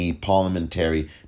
Parliamentary